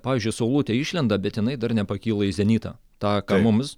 pavyzdžiui saulutė išlenda bet jinai dar nepakyla į zenitą tą ką mums